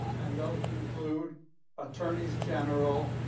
and those include attorneys general,